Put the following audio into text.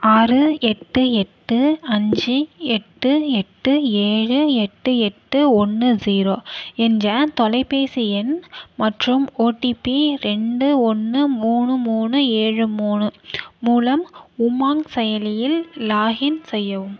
ஆறு எட்டு எட்டு அஞ்சு எட்டு எட்டு ஏழு எட்டு எட்டு ஒன்று ஜீரோ என்ற தொலைபேசி எண் மற்றும் ஓடிபி ரெண்டு ஒன்று மூணு மூணு ஏழு மூணு மூலம் உமாங் செயலியில் லாக்இன் செய்யவும்